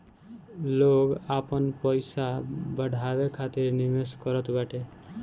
लोग आपन पईसा बढ़ावे खातिर निवेश करत बाटे